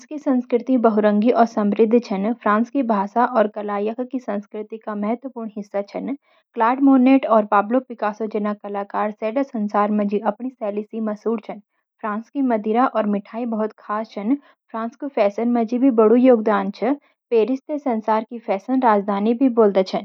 फ़्रांस की संस्कृति बहुरंगी और समृद्ध छन. फ़्रांस की भाषा और कला यख की संस्कृति का महतवा पूर्ण हिसा छन.क्लाड मोनेट और पाब्लो पिकासो जना कलाकर सेड्डा संसार मजी अपनी सेली सी मास हुर छन. फ़्रांस की मदिरा और मिठाई बहुत खास छन. फ़्रांस कू फेसन माजी भी बड्डू योगदान छ, पेरिस ते संसार की फेसन राजधानी बोल्डा छन।